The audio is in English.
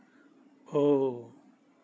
orh